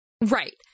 Right